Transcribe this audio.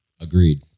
Agreed